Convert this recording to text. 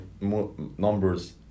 numbers